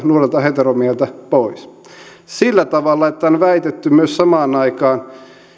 nuorelta heteromieheltä pois sillä tavalla että on väitetty myös samaan aikaan